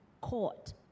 court